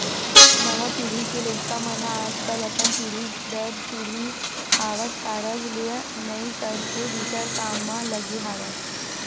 नवा पीढ़ी के लइका मन ह आजकल अपन पीढ़ी दर पीढ़ी आवत कारज ल नइ करके दूसर काम म लगे हवय